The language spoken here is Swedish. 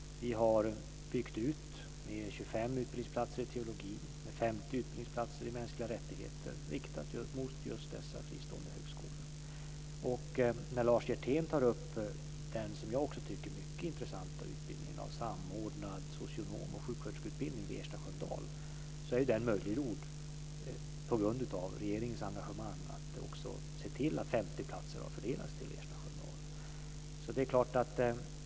Vi har byggt ut 25 utbildningsplatser i teologi och 50 utbildningsplatser i mänskliga rättigheter, riktade just mot dessa fristående högskolor. Lars Hjertén tar upp den mycket intressanta samordnade socionom och sjuksköterskeutbildningen vid Ersta Sköndal, och den utbildningen har gjorts möjlig genom regeringens engagemang att också se till att 50 platser har fördelats till Ersta Sköndal.